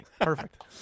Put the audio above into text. Perfect